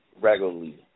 regularly